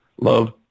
love